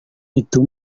itu